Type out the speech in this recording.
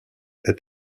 est